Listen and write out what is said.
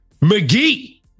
McGee